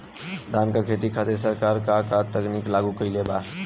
धान क खेती खातिर सरकार का का तकनीक लागू कईले बा?